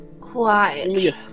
Quiet